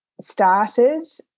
started